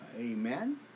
Amen